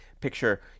picture